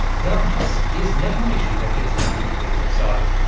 governance is never an issue that gets average people excited,